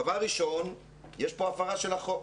דבר ראשון, יש כאן הפרה של החוק.